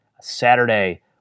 Saturday